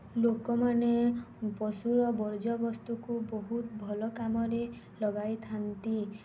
ଲୋକମାନେ ପଶୁର ବର୍ଜ୍ୟବସ୍ତୁକୁ ବହୁତ ଭଲ କାମରେ ଲଗାଇଥାନ୍ତି